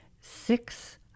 six